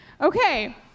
Okay